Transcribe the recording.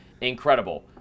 incredible